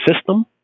system